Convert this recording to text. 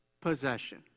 possession